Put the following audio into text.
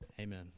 Amen